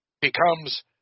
becomes